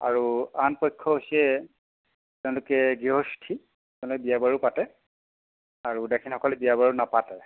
আৰু আনপক্ষ হৈছে তেওঁলোকে গৃহস্থী তেওঁলোকে বিয়া বাৰু পাতে আৰু উদাসীনসকলে বিয়া বাৰু নাপাতে